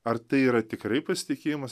ar tai yra tikrai pasitikėjimas